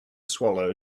swallow